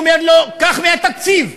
אומר לו: קח מהתקציב.